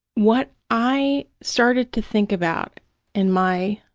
what i started to think about in my,